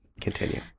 Continue